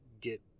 get